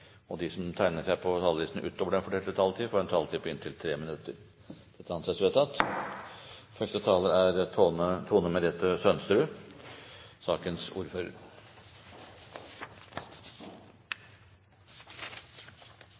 at de som måtte tegne seg på talerlisten utover den fordelte taletid, får en taletid på inntil 3 minutter. – Det anses vedtatt. Første taler er Anette Trettebergstuen. Presidenten antar at Trettebergstuen holder innlegg for sakens ordfører.